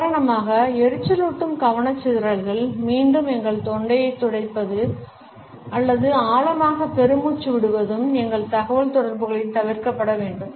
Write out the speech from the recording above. உதாரணமாக எரிச்சலூட்டும் கவனச்சிதறல்கள் மீண்டும் எங்கள் தொண்டையைத் துடைப்பது அல்லது ஆழமாக பெருமூச்சு விடுவதும் எங்கள் தகவல்தொடர்புகளில் தவிர்க்கப்பட வேண்டும்